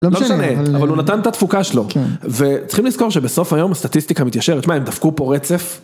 לא משנה, אבל הוא נתן את התפוקה שלו, וצריכים לזכור שבסוף היום הסטטיסטיקה מתיישרת שמע הם דפקו פה רצף.